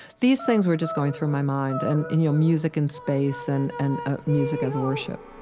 these things were just going through my mind and and, you know, music and space and and music as worship